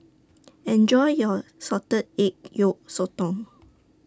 Enjoy your Salted Egg Yolk Sotong